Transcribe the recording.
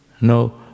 no